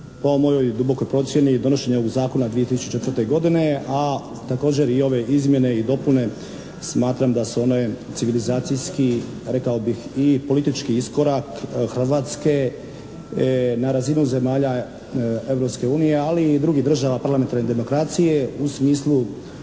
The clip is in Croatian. Po mojoj dubokoj procjeni donošenje ovog zakona 2004. godine, a također i ove izmjene i dopune smatram da su one civilizacijski rekao bih i politički iskorak Hrvatske na razini zemalja Europske unije, ali i drugih država parlamentarne demokracije u smislu